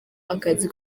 akazi